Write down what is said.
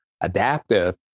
adaptive